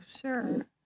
sure